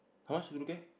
how much True Care